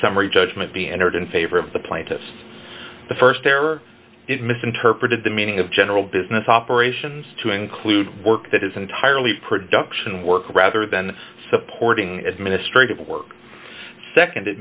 summary judgment be entered in favor of the plaintiffs the st error is misinterpreted the meaning of general business operations to include work that is entirely production work rather than supporting administrative work